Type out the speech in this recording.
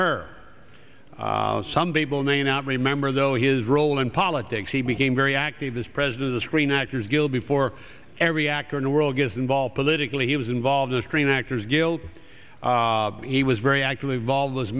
hur some people may not remember though his role in politics he became very active this president of the screen actors guild before every actor in the world gets involved politically he was involved the screen actors guild he was very actively involved as